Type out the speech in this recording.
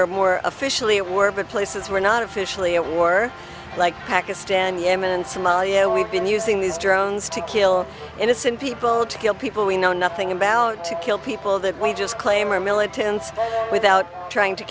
ere more officially it were but places where not officially a war like pakistan yemen and somalia we've been using these drones to kill innocent people to kill people we know nothing of value to kill people that we just claim are militants without trying to